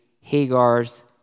Hagar's